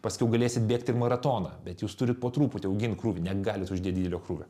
paskiau galėsit bėgti maratoną bet jūs turit po truputį augint krūvį negalit uždėt didelio krūvio